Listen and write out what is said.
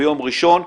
ביום ראשון,